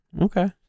Okay